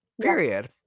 Period